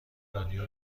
رادیو